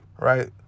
right